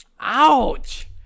Ouch